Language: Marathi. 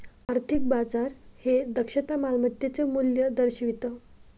आर्थिक बाजार हे दक्षता मालमत्तेचे मूल्य दर्शवितं